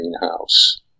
greenhouse